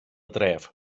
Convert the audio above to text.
dref